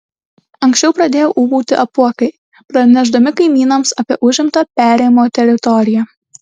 anksčiau pradėjo ūbauti apuokai pranešdami kaimynams apie užimtą perėjimo teritoriją